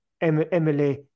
Emily